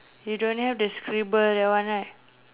you don't have the scribble that one right